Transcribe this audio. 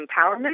empowerment